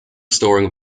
storing